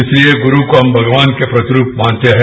इसलिए गुरू को हम भगवान के प्रतिरूप मानते हैं